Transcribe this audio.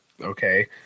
Okay